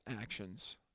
actions